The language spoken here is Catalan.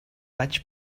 vaig